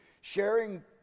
sharing